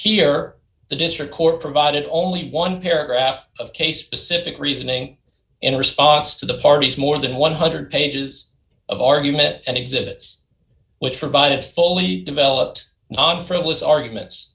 here the district court provided only one paragraph of case specific reasoning in response to the parties more than one hundred dollars pages of argument and exhibits which provided fully developed non frivolous arguments